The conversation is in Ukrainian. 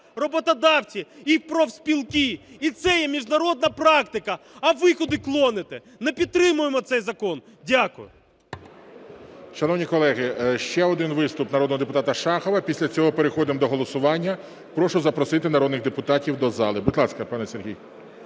роботодавці і профспілки. І це є міжнародна практика. А ви куди клоните? Не підтримуємо цей закон. Дякую. ГОЛОВУЮЧИЙ. Шановні колеги, ще один виступ народного депутата Шахова, після цього переходимо до голосування. Прошу запросити народних депутатів до зали. Будь ласка, пане Сергій.